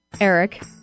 Eric